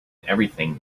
everything